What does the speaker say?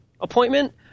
appointment